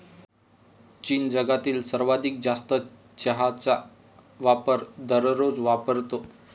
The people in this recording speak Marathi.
चीन जगातील सर्वाधिक जास्त चहाचा वापर दररोज वापरतो